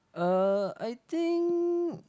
uh I think